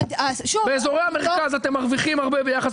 באזורי המרכז אתם מרוויחים הרבה ביחס